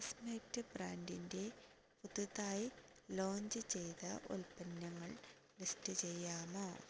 classmate ബ്രാൻഡിന്റെ പുതുതായി launch ചെയ്ത ഉൽപ്പന്നങ്ങൾ ലിസ്റ്റ് ചെയ്യാമോ